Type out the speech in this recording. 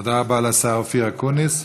תודה רבה לשר אופיר אקוניס.